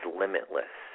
limitless